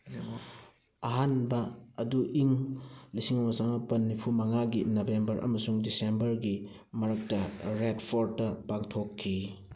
ꯑꯍꯥꯟꯕ ꯑꯗꯨ ꯏꯪ ꯂꯤꯁꯤꯡ ꯑꯃꯒ ꯆꯃꯥꯄꯟ ꯅꯤꯝꯐꯨ ꯃꯉꯥꯥꯒꯤ ꯅꯕꯦꯝꯕꯔ ꯑꯃꯁꯨꯡ ꯗꯤꯁꯦꯝꯕꯔꯒꯤ ꯃꯔꯛꯇ ꯔꯦꯗ ꯐꯣꯔꯠꯇ ꯄꯥꯡꯊꯣꯛꯈꯤ